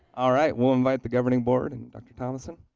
ah right, we'll invite the governing board and dr. thomason